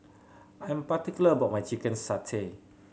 I'm particular about my chicken satay